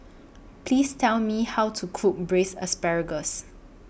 Please Tell Me How to Cook Braised Asparagus